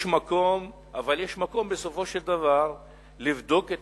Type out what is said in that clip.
אבל יש מקום בסופו של דבר לבדוק את